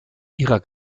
ihrer